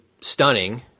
stunning